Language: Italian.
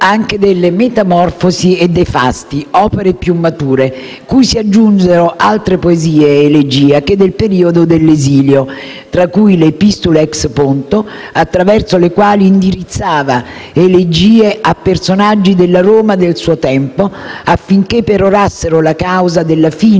grazie a tutta